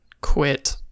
quit